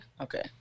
Okay